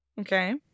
okay